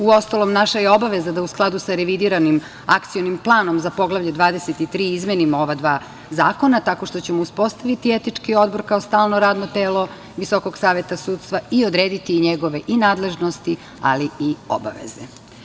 Uostalom naša je obaveza da u skladu sa revidiranim Akcionim planom za Poglavlje 23 izmenimo ova dva zakona, tako što ćemo uspostaviti etički odbor kao stalno radno telo Visokog saveta sudstva i odrediti njegove nadležnosti, ali i obaveze.